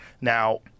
Now